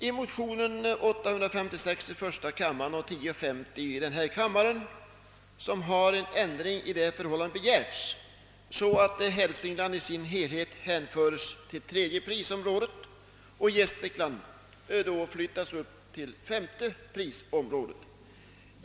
I motionerna 1: 856 och II: 1050 har en ändring härvidlag begärts, så att Hälsingland i dess helhet skulle hänföras till tredje prisområdet och Gästrikland flyttas upp till femte prisområdet.